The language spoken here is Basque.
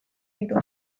ditu